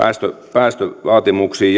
päästövaatimuksiin